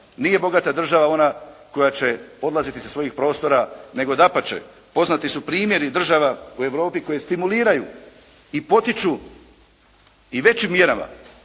Nije bogata ona država koja će odlaziti sa svojih prostora, nego dapače poznati su primjeri država u Europi koje stimuliraju i potiču i većim mjerama,